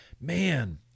man